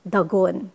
Dagon